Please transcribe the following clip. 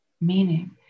meaning